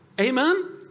Amen